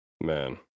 Man